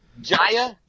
Jaya